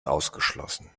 ausgeschlossen